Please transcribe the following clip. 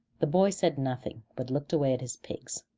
the boy said nothing, but looked away at his pigs,